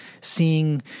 seeing